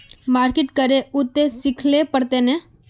Market करे है उ ते सिखले पड़ते नय?